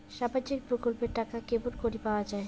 সামাজিক প্রকল্পের টাকা কেমন করি পাওয়া যায়?